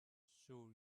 sure